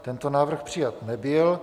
Tento návrh přijat nebyl.